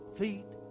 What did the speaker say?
feet